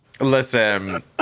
Listen